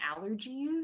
allergies